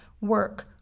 work